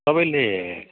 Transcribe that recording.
तपाईँले